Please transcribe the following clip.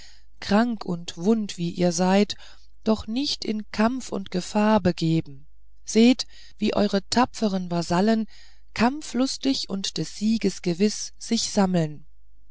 krank und wund wie ihr seid doch nicht in kampf und gefahr begeben seht wie eure tapferen vasallen kampflustig und des sieges gewiß sich sammeln